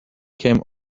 came